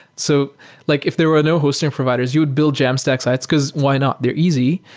so like if there were no hosting providers, you'd build jamstack sites, because why not? they're easy,